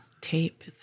tape